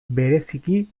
bereziki